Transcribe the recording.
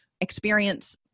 experience